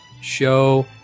show